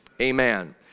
Amen